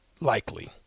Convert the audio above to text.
likely